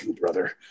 brother